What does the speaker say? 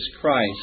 Christ